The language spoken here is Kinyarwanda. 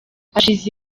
hashize